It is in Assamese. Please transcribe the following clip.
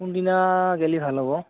কোনদিনা গ'লে ভাল হ'ব